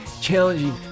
challenging